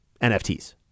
NFTs